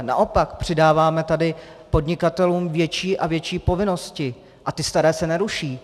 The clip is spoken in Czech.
Naopak přidáváme tady podnikatelům větší a větší povinnosti a ty staré se neruší.